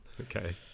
Okay